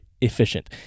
efficient